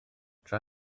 tra